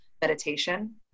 Meditation